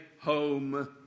home